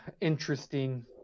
interesting